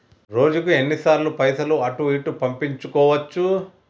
రోజుకు ఎన్ని సార్లు పైసలు అటూ ఇటూ పంపించుకోవచ్చు?